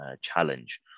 challenge